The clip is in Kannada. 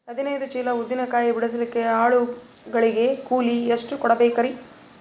ಹದಿನೈದು ಚೀಲ ಉದ್ದಿನ ಕಾಯಿ ಬಿಡಸಲಿಕ ಆಳು ಗಳಿಗೆ ಕೂಲಿ ಎಷ್ಟು ಕೂಡಬೆಕರೀ?